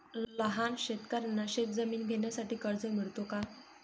लहान शेतकऱ्यांना शेतजमीन घेण्यासाठी कर्ज मिळतो का?